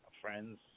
friends